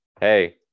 hey